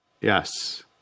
Yes